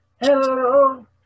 Hello